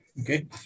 Okay